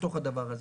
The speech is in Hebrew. בתוך הגבר הזה.